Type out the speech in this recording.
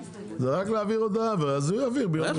זה רק להעביר הודעה, אז הוא יעביר ביום ראשון.